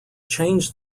changed